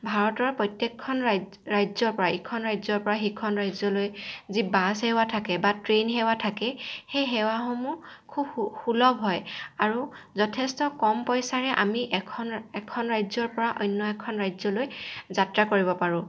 ভাৰতৰ প্ৰত্যেকখন ৰা ৰাজ্যৰ পৰা ইখন ৰাজ্যৰ পৰা সিখন ৰাজ্যলৈ যি বাছ সেৱা থাকে বা ট্ৰেইন সেৱা থাকে সেই সেৱাসমূহ খুব সু সুলভ হয় আৰু যথেষ্ট কম পইচাৰে আমি এখন এখন ৰাজ্যৰ পৰা অন্য এখন ৰাজ্যলৈ যাত্ৰা কৰিব পাৰোঁ